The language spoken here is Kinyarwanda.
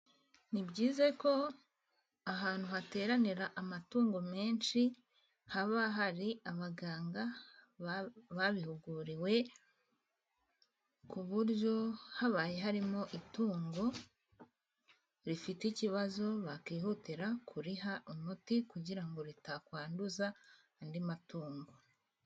Ni byiza ko ahantu hateranira amatungo menshi haba hari abaganga babihuguriwe. Ku buryo haba harimo itungo rifite ikibazo bakihutira kuriha umuti kugira ngo ritanduza andi matungo.